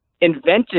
invented